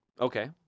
okay